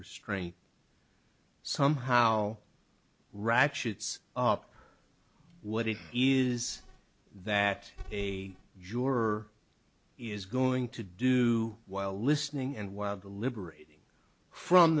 restraint somehow ratchets up what it is that a juror is going to do while listening and while deliberating from